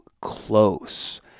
close